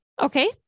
Okay